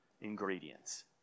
ingredients